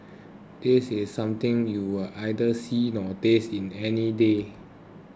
this is something you'll neither see nor taste any day